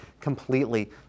completely